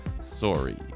Sorry